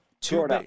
Two